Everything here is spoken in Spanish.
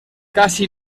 casi